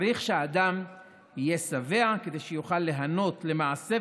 צריך שאדם יהיה שבע כדי שיוכל ליהנות למעשה,